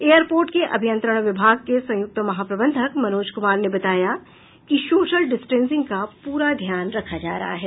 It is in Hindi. एयरपोर्ट के अभियंत्रण विभाग के संयुक्त महाप्रबंधक मनोज कुमार ने बताया कि सोशल डिस्टेंशिंग का पूरा ध्यान रखा जा रहा है